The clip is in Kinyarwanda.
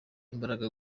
imbaraga